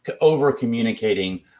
over-communicating